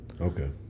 Okay